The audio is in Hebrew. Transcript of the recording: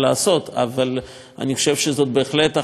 אבל אני חושב שזאת בהחלט החלטה רצינית,